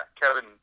Kevin